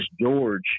george